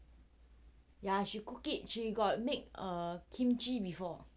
ya she cooked it she got make a kimchi before